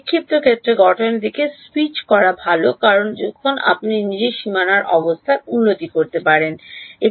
বিক্ষিপ্ত ক্ষেত্র গঠনের দিকে স্যুইচ করা ভাল কারণ তখন আপনি নিজের সীমানা অবস্থার উন্নতি করতে পারেন